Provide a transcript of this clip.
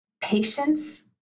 patience